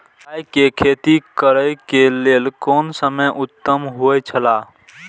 राय के खेती करे के लेल कोन समय उत्तम हुए छला?